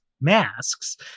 masks